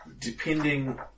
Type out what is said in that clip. Depending